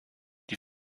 die